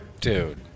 dude